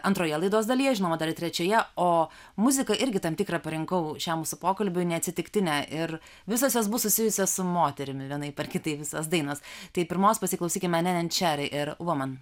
antroje laidos dalyje žinoma dar ir trečioje o muzika irgi tam tikrą parinkau šiam mūsų pokalbiui neatsitiktinę ir visos jos bus susijusios su moterimi vienaip ar kitaip visos dainos tai pirmos pasiklausykime nenen čeri ir vumen